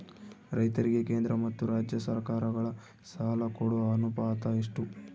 ರೈತರಿಗೆ ಕೇಂದ್ರ ಮತ್ತು ರಾಜ್ಯ ಸರಕಾರಗಳ ಸಾಲ ಕೊಡೋ ಅನುಪಾತ ಎಷ್ಟು?